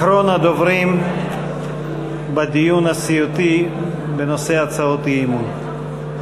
אחרון הדוברים בדיון הסיעתי בנושא הצעות אי-אמון.